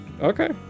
Okay